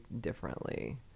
differently